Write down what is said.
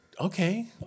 okay